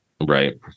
Right